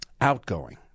outgoing